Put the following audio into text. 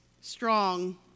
strong